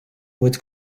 with